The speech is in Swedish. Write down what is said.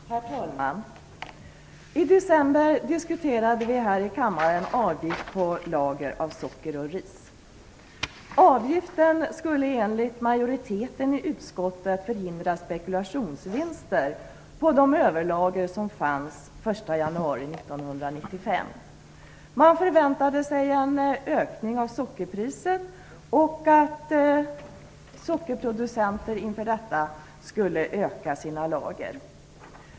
Herr talman! I december diskuterade vi här i kammaren en avgift på lager av socker och ris. Avgiften skulle enligt majoriteten i utskottet förhindra spekulationsvinster på de överlager som fanns den 1 januari 1995. Man förväntade sig en höjning av sockerpriset och att sockerproducenter inför detta skulle öka sina lager.